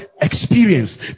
Experience